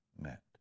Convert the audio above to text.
met